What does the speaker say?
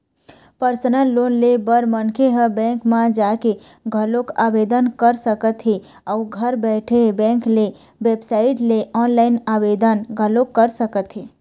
personal loan ले बर मनखे ह बेंक म जाके घलोक आवेदन कर सकत हे अउ घर बइठे बेंक के बेबसाइट ले ऑनलाईन आवेदन घलोक कर सकत हे